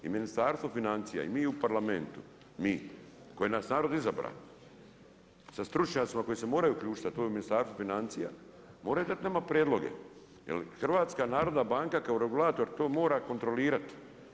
I Ministarstvo financija i mi u Parlamentu, mi, koje je narod izabrao, sa stručnjacima koji se moraju uključiti, a to je Ministarstvo financija, moraju dati nama prijedloge jer HNB kao regulator to mora kontrolirati.